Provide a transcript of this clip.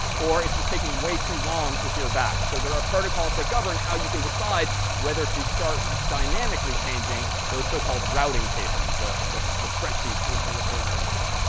or it's just taking way too long to hear back. so there are protocols that govern how you can decide whether to start dynamically changing those so-called routing tables, the the spreadsheet to which i referred earlier.